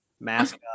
Mask